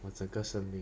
我整个生命